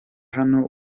hano